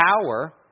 power